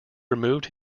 removed